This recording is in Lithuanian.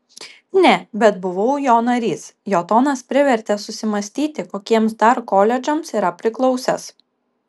ne bet buvau jo narys jo tonas privertė susimąstyti kokiems dar koledžams yra priklausęs